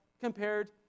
compared